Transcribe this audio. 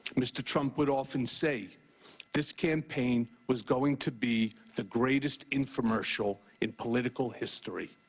mr. trump would often say this campaign was going to be the greatest infomercial in political history.